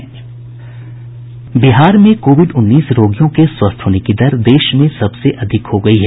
बिहार में कोविड उन्नीस रोगियों के स्वस्थ होने की दर देश में सबसे अधिक हो गयी है